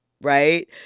right